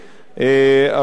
אבל כפי שאמרתי,